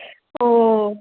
ओ